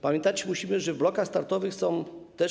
Pamiętać musimy, że w blokach startowych są też.